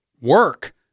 work